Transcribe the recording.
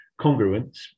congruence